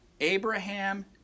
Abraham